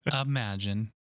imagine